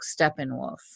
Steppenwolf